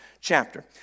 chapter